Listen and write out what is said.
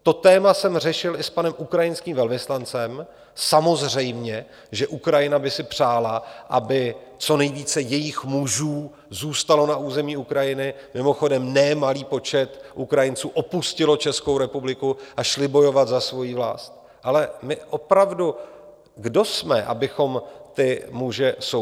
To téma jsem řešil i s panem ukrajinským velvyslancem, samozřejmě že Ukrajina by si přála, aby co nejvíce jejích mužů zůstalo na území Ukrajiny mimochodem, nemalý počet Ukrajinců opustil Českou republiku a šli bojovat za svoji vlast ale opravdu, kdo my jsme, abychom ty muže soudili?